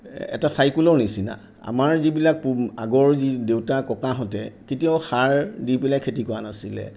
এটা চাইকোলৰ নিচিনা আমাৰ যিবিলাক পু আগৰ যি দেউতা ককাহঁতে কেতিয়াও সাৰ দি পেলাই খেতি কৰা নাছিলে